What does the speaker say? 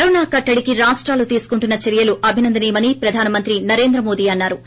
corona కట్లడికి రాష్టాలు తీసుకుంటున్న చర్యలు అభినందనీయమని ప్రధానమంత్రి నరేంద్ర మోడీ అన్నా రు